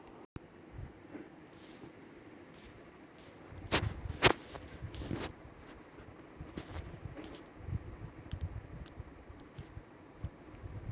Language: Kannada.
ಪಶುಗಳ ಗೊಬ್ಬರದಿಂದ ಜೈವಿಕ ಅನಿಲವನ್ನು ತಯಾರಿಸಿ ಅದರ ಬಳಕೆಯಿಂದ ಪರಿಸರದ ಪ್ರಭಾವವನ್ನು ತಗ್ಗಿಸಬಹುದು